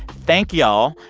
thank y'all.